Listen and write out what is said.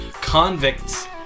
Convicts